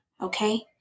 Okay